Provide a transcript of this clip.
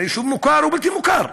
ביישוב מוכר או בלתי מוכר.